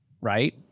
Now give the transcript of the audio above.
right